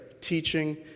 teaching